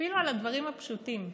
אפילו על הדברים הפשוטים,